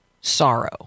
sorrow